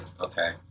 okay